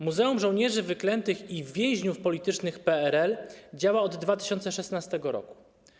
Muzeum Żołnierzy Wyklętych i Więźniów Politycznych PRL działa od 2016 r.